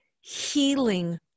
healing